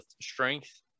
strength